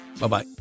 Bye-bye